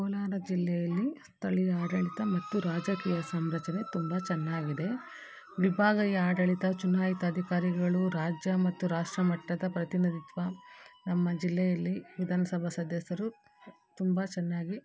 ಕೋಲಾರ ಜಿಲ್ಲೆಯಲ್ಲಿ ಸ್ಥಳೀಯ ಆಡಳಿತ ಮತ್ತು ರಾಜಕೀಯ ಸಂರಚನೆ ತುಂಬ ಚೆನ್ನಾಗಿದೆ ವಿಭಾಗೀಯ ಆಡಳಿತ ಚುನಾಯಿತ ಅಧಿಕಾರಿಗಳು ರಾಜ್ಯ ಮತ್ತು ರಾಷ್ಟ್ರಮಟ್ಟದ ಪ್ರತಿನಿಧಿತ್ವ ನಮ್ಮ ಜಿಲ್ಲೆಯಲ್ಲಿ ವಿಧಾನಸಭಾ ಸದಸ್ಯರು ತುಂಬ ಚೆನ್ನಾಗಿ